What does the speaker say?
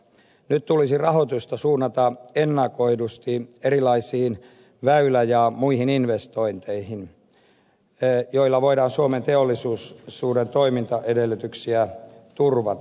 nyt tulisi rahoitusta suunnata ennakoidusti erilaisiin väylä ja muihin investointeihin joilla voidaan suomen teollisuuden toimintaedellytyksiä turvata